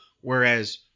whereas